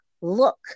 look